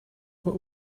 what